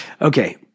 Okay